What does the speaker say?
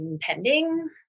pending